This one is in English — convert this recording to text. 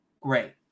Great